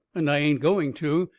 and i ain't going to.